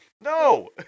No